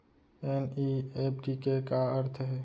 NEFT के का अर्थ है?